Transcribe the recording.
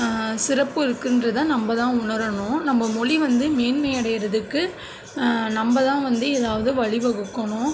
சிறப்பு இருக்குன்றதை நம்ம தான் உணரணும் நம்ம மொழி வந்து மேன்மை அடைகிறதுக்கு நம்ம தான் வந்து எதாவது வழி வகுக்கணும்